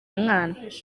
mwana